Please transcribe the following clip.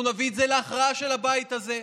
אנחנו נביא את זה להכרעה של הבית הזה,